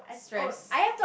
stress